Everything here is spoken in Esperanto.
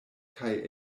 kaj